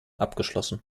abgeschlossen